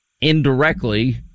indirectly